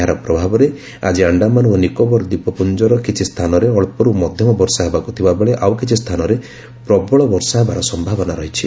ଏହାର ପ୍ରଭାବରେ ଆଜି ଆଣ୍ଡାମାନ ଓ ନିକୋବର ଦ୍ୱୀପପୁଞ୍ଜର କିଛି ସ୍ଥାନରେ ଅଞ୍ଚରୁ ମଧ୍ୟମ ବର୍ଷା ହେବାକୁ ଥିବାବେଳେ ଆଉ କିଛି ସ୍ଥାନରେ ପ୍ରବଳ ବର୍ଷା ହେବାର ସମ୍ଭାବନା ଅଛି